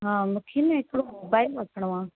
हा मूंखे न हिकिड़ो मोबाइल वठिणो आहे